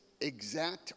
exact